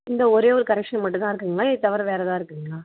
இந்த ஒரே ஒரு கரெக்ஷன் மட்டுந்தான் இருக்குதுங்களா இதை தவிர வேறு ஏதாவது இருக்குதுங்களா